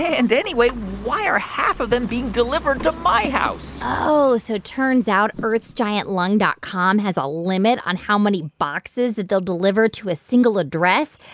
and anyway, why are half of them being delivered to my house? oh, so turns out earthsgiantlung dot com has a limit on how many boxes that they'll deliver to a single address.